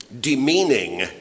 demeaning